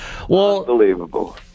Unbelievable